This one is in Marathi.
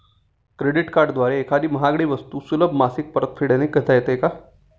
क्रेडिट कार्डद्वारे एखादी महागडी वस्तू सुलभ मासिक परतफेडने घेता येते का?